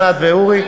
ענת ואורי.